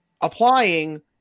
applying